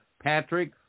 Patrick